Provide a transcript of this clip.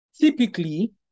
typically